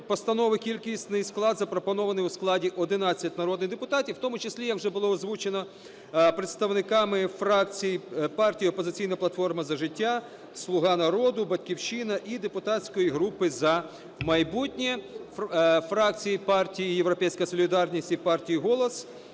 постанови кількісний склад запропонований у складі 11 народних депутатів, в тому числі, як вже було озвучено, представниками фракцій, партій: "Опозиційна платформа - За життя", "Слуга народу", "Батьківщина" і депутатської групи "За майбутнє". Фракції партії "Європейська солідарність" і партії "Голос"